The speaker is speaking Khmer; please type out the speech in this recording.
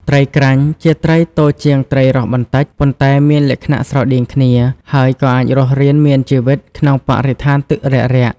ត្រីក្រាញ់ ជាត្រីតូចជាងត្រីរស់បន្តិច ប៉ុន្តែមានលក្ខណៈស្រដៀងគ្នា ហើយក៏អាចរស់រានមានជីវិតក្នុងបរិស្ថានទឹករាក់ៗ។